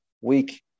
week